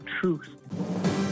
truth